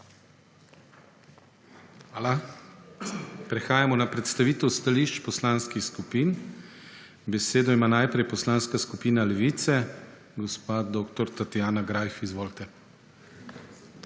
Hvala. Prehajamo na predstavitev stališč poslanskih skupin. Besedo ima najprej Poslanska skupina Levice. Gospa dr. Tatjana Greif, izvolite. DR.